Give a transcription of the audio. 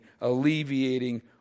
alleviating